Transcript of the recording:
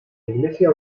iglesia